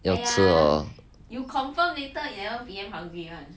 要吃 hor